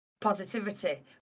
positivity